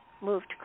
moved